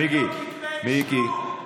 פוסלים ראש ממשלה שיש נגדו כתבי אישום.